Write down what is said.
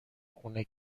خونه